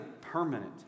permanent